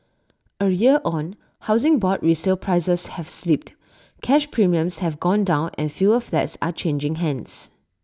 A year on Housing Board resale prices have slipped cash premiums have gone down and fewer flats are changing hands